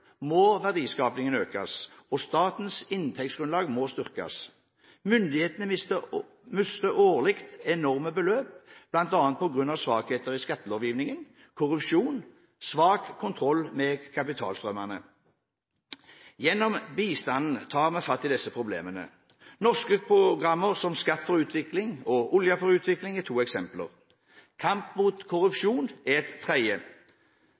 må verdiskapningen økes og statens inntektsgrunnlag styrkes. Myndighetene mister årlig enorme beløp bl.a. p.g.a. svakheter i skattelovgivningen, korrupsjon og svak kontroll med kapitalstrømmene. Gjennom bistanden tar vi fatt i disse problemene. Norske programmer som Skatt for utvikling og Olje for utvikling er to eksempler, kampen mot korrupsjon et tredje.